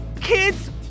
kids